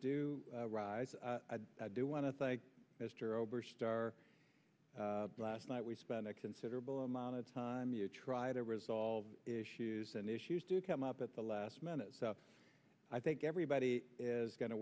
do rise i do want to thank mr oberstar last night we spent a considerable amount of time you try to resolve issues and issues do come up at the last minute so i think everybody is going to